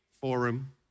forum